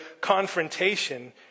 confrontation